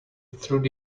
through